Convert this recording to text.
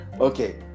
Okay